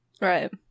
Right